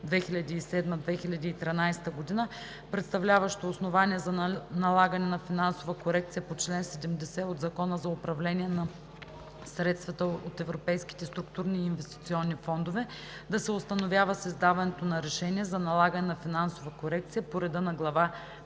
2007 – 2013 г., представляващо основание за налагане на финансова корекция по чл. 70 от Закона за управление на средствата от Европейските структурни и инвестиционни фондове да се установява с издаването на решение за налагане на финансова корекция по реда на Глава